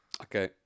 Okay